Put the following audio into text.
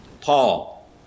Paul